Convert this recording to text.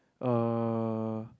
uh